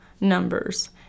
numbers